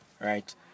right